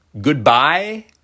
Goodbye